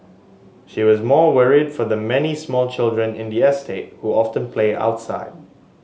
she was more worried for the many small children in the estate who often play outside